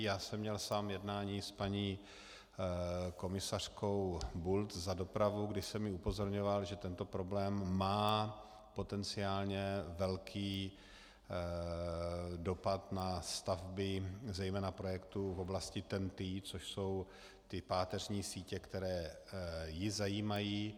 Já jsem měl sám jednání s paní komisařkou Bulc za dopravu, kdy jsem ji upozorňoval, že tento problém má potenciálně velký dopad na stavby zejména projektů v oblasti TENT, což jsou ty páteřní sítě, které ji zajímají.